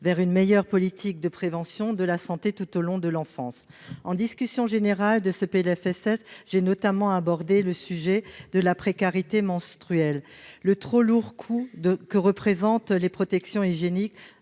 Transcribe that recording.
une meilleure politique de prévention de la santé tout au long de l'enfance. Lors de la discussion générale de ce PLFSS, j'ai notamment abordé le sujet de la « précarité menstruelle », à savoir le trop lourd coût que représentent les protections hygiéniques